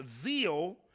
zeal